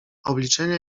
obliczenia